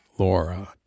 Laura